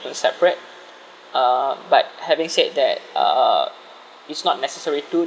separate uh but having said that uh it's not necessary to